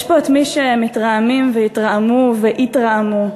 יש פה מי שמתרעמים והתרעמו ויתרעמו,